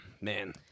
man